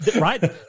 right